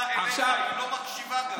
אבל תקשיב לי,